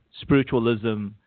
spiritualism